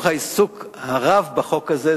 אבל בוודאי מתוך העיסוק הרב בחוק הזה,